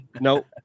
nope